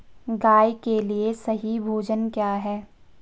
गाय के लिए सही भोजन क्या है?